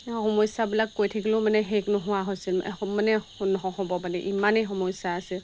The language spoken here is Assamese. সমস্যাবিলাক কৈ থাকিলেও মানে শেষ নোহোৱা হৈছিল মানে নহ'ব মানে ইমানেই সমস্যা আছে